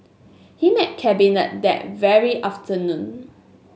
he met Cabinet that very afternoon